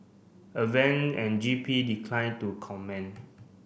advent and G P declined to comment